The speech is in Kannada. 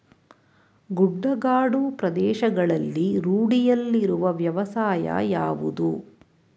ಗುಡ್ಡಗಾಡು ಪ್ರದೇಶಗಳಲ್ಲಿ ರೂಢಿಯಲ್ಲಿರುವ ವ್ಯವಸಾಯ ಯಾವುದು?